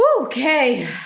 Okay